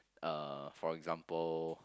uh for example